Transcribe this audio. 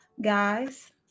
guys